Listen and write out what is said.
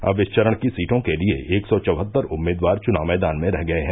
अब इस चरण की सीटों के लिये एक सौ चौहत्तर उम्मीदवार चुनाव मैदान में रह गये हैं